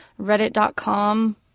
Reddit.com